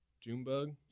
Junebug